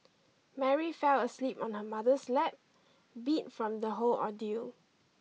Mary fell asleep on her mother's lap beat from the whole ordeal